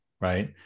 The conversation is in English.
right